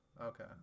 Okay